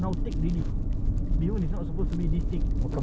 mee goreng dia nampak sedap lah mee goreng dia nampak sedap ah